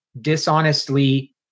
dishonestly